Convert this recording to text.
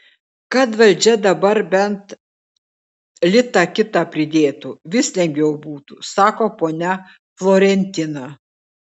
kad valdžia dabar bent litą kitą pridėtų vis lengviau būtų sako ponia florentina